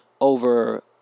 over